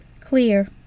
Clear